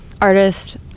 Artist